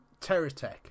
Terratech